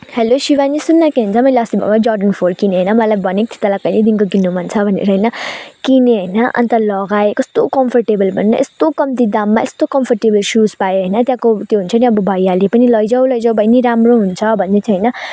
hello Shibani सुन् न के भन्छ मैले अस्ति जेनरल फोर किनेँ होइन मलाई भनेको थिएँ तँलाई पहिलैदेखिको किन्न मन छ भनेर होइन किनेँ होइन अन्त लगाएँ कस्तो कम्फोर्टेबल भन् न यस्तो कम्ती दाममा यस्तो कम्फोर्टेबल सुस पाएँ होइन त्यहाँको त्यो हुन्छ नि भैयाले पनि लैजाऊ लैजाऊ बहिनी राम्रो हुन्छ भन्दै थियो होइन